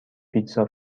پیتزا